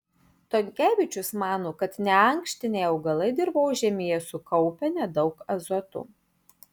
tonkevičius mano kad neankštiniai augalai dirvožemyje sukaupia nedaug azoto